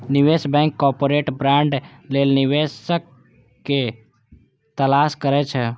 निवेश bank corporate bond लेल निवेशक के तलाश करै छै